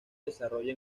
desarrolla